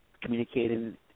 communicating